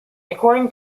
according